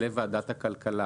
לוועדת הכלכלה